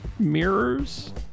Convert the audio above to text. Mirrors